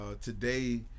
today